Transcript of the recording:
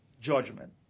judgment